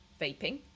vaping